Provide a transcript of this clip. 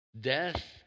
Death